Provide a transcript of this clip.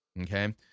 okay